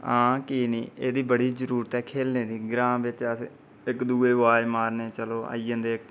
हां की नीं एह्दी बड़ी जरूरत ऐ खेलने दी ग्रां बिच अस इक दूए गी अवाज मारने चलो आई जंदे